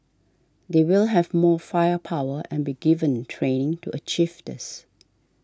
they will have more firepower and be given training to achieve this